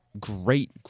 great